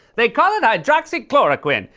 they call it hydroxychloroquine!